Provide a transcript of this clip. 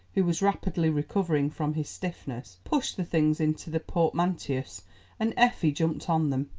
who was rapidly recovering from his stiffness, pushed the things into the portmanteaus and effie jumped on them.